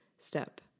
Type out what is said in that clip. Step